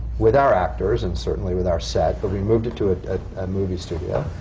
with our actors and certainly with our set, but we moved it to a movie studio.